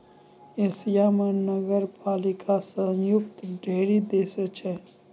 Asia म नगरपालिका स युक्त ढ़ेरी देश छै